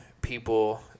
people